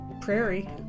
prairie